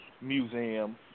museum